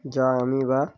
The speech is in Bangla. যা আমি বা